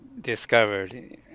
discovered